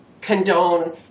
condone